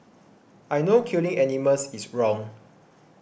I know killing animals is wrong